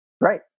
Right